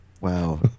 Wow